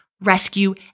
rescue